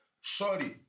Shorty